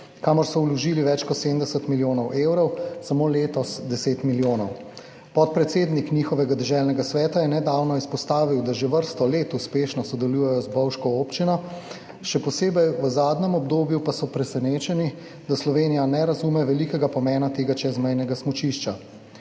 kamor so vložili več kot 70 milijonov evrov, samo letos 10 milijonov. Podpredsednik njihovega deželnega sveta je nedavno izpostavil, da že vrsto let uspešno sodelujejo z bovško občino, še posebej v zadnjem obdobju pa so presenečeni, da Slovenija ne razume velikega pomena tega čezmejnega smučišča.